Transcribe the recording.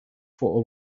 for